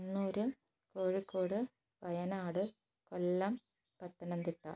Kannur Kozhikode Wayanad Kollam Pathanamthitta